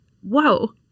Whoa